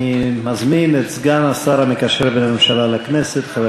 אני מזמין את סגן השר המקשר בין הממשלה לכנסת חבר